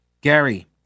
Gary